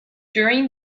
during